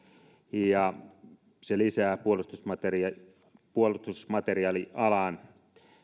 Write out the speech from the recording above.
ja se lisää puolustusmateriaalialan puolustusmateriaalialan